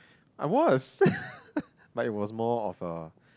I was but it was more of a